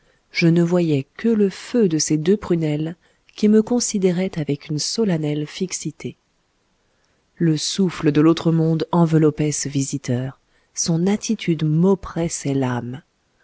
je ne voyais que le feu de ses deux prunelles qui me considéraient avec une solennelle fixité le souffle de l'autre monde enveloppait ce visiteur son attitude m'oppressait l'âme